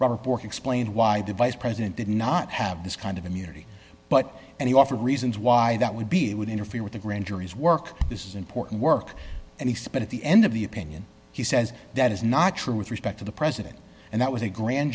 explained why the vice president did not have this kind of immunity but and he offered reasons why that would be it would interfere with the grand jury's work this is important work and he spit at the end of the opinion he says that is not true with respect to the president and that was a grand